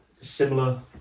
similar